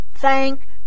Thank